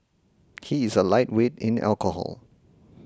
he is a lightweight in alcohol